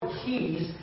keys